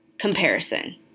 comparison